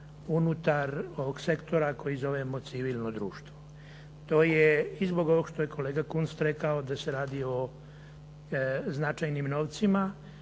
unutar ovog sektora kojeg zovemo civilno društvo. To je i zbog ovog što je kolega Kunst rekao da se radi o značajnim novcima,